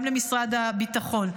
גם למשרד הביטחון,